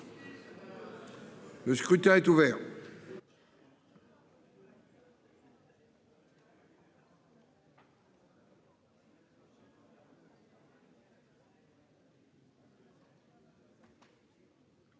Le scrutin est ouvert.